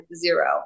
zero